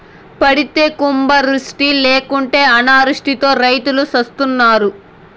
పడితే కుంభవృష్టి లేకుంటే అనావృష్టితో రైతులు సత్తన్నారు